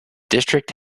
district